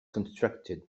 constructed